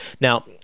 Now